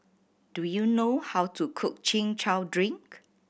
do you know how to cook Chin Chow drink